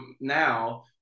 now